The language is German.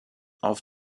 auf